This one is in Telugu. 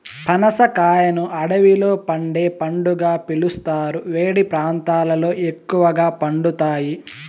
పనస కాయను అడవిలో పండే పండుగా పిలుస్తారు, వేడి ప్రాంతాలలో ఎక్కువగా పండుతాయి